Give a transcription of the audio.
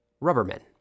rubbermen